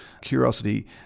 Curiosity